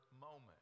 moment